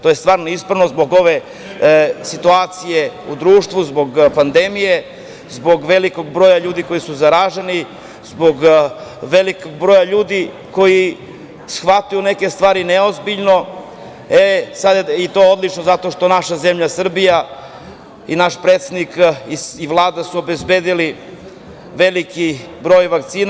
To je stvarno ispravno zbog ove situacije u društvu, pandemije, zbog velikog broja ljudi koji su zaraženi, zbog velikog broja ljudi koji shvataju neke stvari neozbiljno, zato što naša zemlja Srbija i naš predsednik i Vlada su obezbedili veliki broj vakcina.